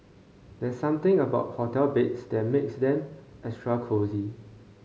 there's something about hotel beds that makes them extra cosy